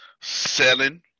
selling